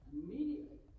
immediately